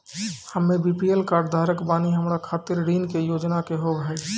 हम्मे BPL card धारक बानि हमारा खातिर ऋण के योजना का होव हेय?